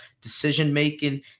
decision-making